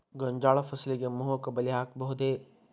ಗೋಂಜಾಳ ಫಸಲಿಗೆ ಮೋಹಕ ಬಲೆ ಹಾಕಬಹುದೇ?